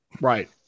Right